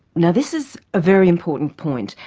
now this is a very important point.